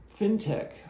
fintech